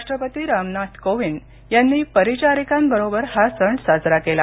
राष्ट्रपती रामनाथ कोविंद यांनी परिचारीकांबरोबर हा सण साजरा केला